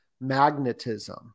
magnetism